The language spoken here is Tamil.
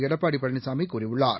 எடப்பாடிபழனிசாமிகூறியுள்ளார்